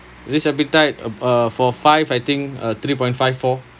this appetite uh for five I think uh three point five four